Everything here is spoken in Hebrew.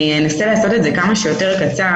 אני אנסה לעשות את זה כמה שיותר קצר,